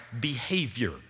behavior